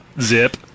Zip